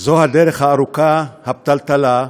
זו הדרך הארוכה, הפתלתלה,